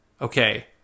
okay